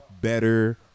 better